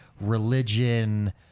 religion